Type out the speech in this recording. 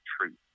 truth